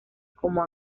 como